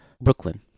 Brooklyn